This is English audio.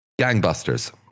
gangbusters